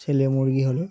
ছেলে মুরগি হলে